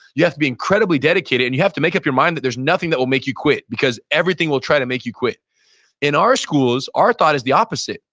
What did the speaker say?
you have to be incredibly dedicated and you have to make up your mind that there's nothing that will make you quit because everything will try to make you quit in our schools, our thought is the opposite.